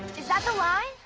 is that the line?